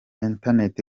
interineti